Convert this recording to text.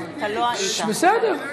הייתי, הצבעתי נגד.